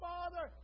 Father